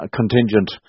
contingent